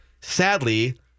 Sadly